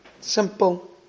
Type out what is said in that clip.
Simple